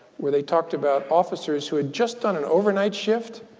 where they talked about officers who had just done an overnight shift.